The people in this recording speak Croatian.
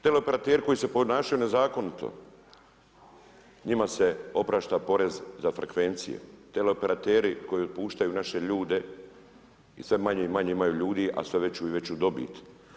Teleoperateri koji se ponašaju nezakonito, njima se oprašta porez za frekvencije, teleoperateri koji otpuštaju naše ljude, i sve manje i manje imaju ljudi, a sve veću i veću dobit.